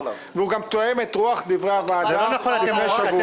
והוא גם תואם את רוח דברי הוועדה מלפני שבוע.